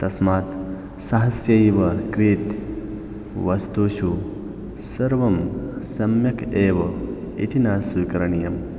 तस्मात् सहस्यैव क्रीतवस्तुषु सर्वं सम्यक् एव इति न स्वीकरणीयं